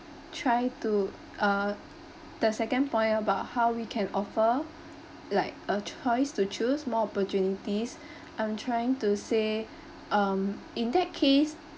try to uh the second point about how we can offer like a choice to choose more opportunities I'm trying to say um in that case